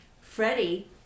Freddie